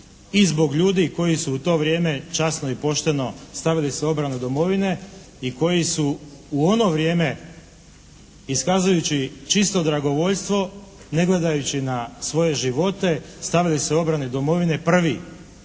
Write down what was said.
i zbog ljudi koji su u to vrijeme časno i pošteno stavili se u obranu domovine i koji su u ono vrijeme iskazujući čisto dragovoljstvo ne gledajući na svoje živote stavili se u obranu domovine prvi.